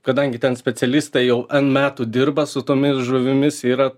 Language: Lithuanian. kadangi ten specialistai jau n metų dirba su tomis žuvimis yra